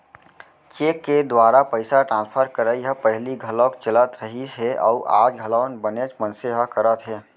cheque के दुवारा पइसा ट्रांसफर करई ह पहिली घलौक चलत रहिस हे अउ आज घलौ बनेच मनसे ह करत हें